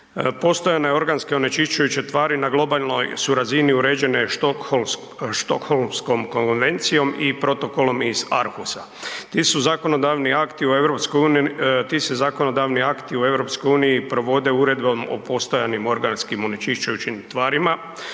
Postojane organske onečišćujuće tvari na globalnoj su razini uređene Stockholmskom konvencijom i protokolom iz …/nerazumljivo/… Ti su zakonodavni akti u EU, ti se zakonodavni akti u EU provode Uredbom o postojanim organskim onečišćujućim tvarima.